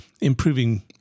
improving